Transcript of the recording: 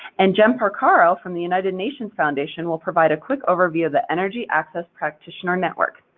and jem porcaro from the united nations foundation will provide a quick overview of the energy access practitioner network.